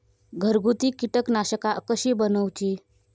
घरगुती कीटकनाशका कशी बनवूची?